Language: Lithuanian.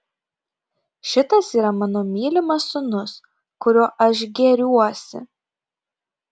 šitas yra mano mylimas sūnus kuriuo aš gėriuosi